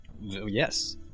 Yes